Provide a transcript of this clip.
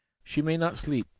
she may not sleep.